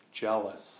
jealous